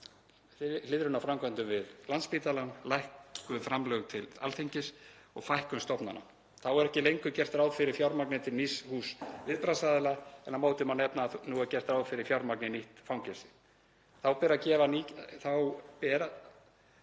hliðrun á framkvæmdum við Landspítalann, lækkuð framlög til Alþingis og fækkun stofnana. Þá er ekki lengur gert ráð fyrir fjármagni til nýs húss viðbragðsaðila, en á móti má nefna að nú er gert ráð fyrir fjármagni í nýtt fangelsi. Þá gefa nýgerðir